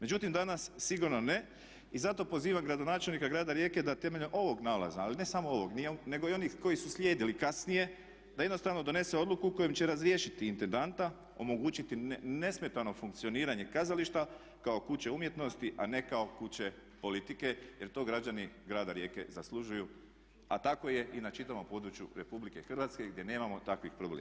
Međutim, danas sigurno ne i zato pozivam gradonačelnika Grada Rijeke da temeljem ovog nalaza, ali ne samo ovog, nego i onih koji su slijedili kasnije da jednostavno donese odluku kojom će razriješiti intendanta, omogućiti nesmetano funkcioniranje kazališta kao kuće umjetnosti a ne kao kuće politike jer to građani Grada Rijeke zaslužuju a tako je i na čitavom području RH gdje nemamo takvih problema.